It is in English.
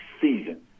season